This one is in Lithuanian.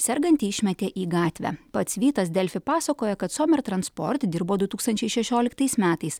sergantį išmetė į gatvę pats vytas delfi pasakojo kad somer transport dirbo du tūkstančiai šešioliktais metais